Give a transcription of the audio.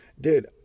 Dude